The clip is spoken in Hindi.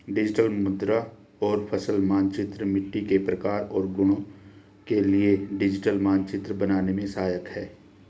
डिजिटल मृदा और फसल मानचित्रण मिट्टी के प्रकार और गुणों के लिए डिजिटल मानचित्र बनाने में सहायक है